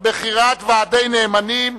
בחירת ועדי נאמנים),